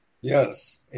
Yes